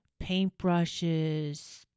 paintbrushes